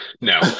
no